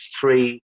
three